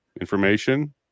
information